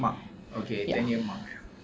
mark okay ten year mark ya